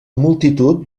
multitud